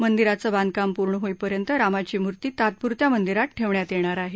मंदिराचं बांधकाम पूर्ण होईपर्यंत रामाची मूर्ती तात्प्रत्या मंदिरात ठेवण्यात येणार आहे